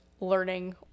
learning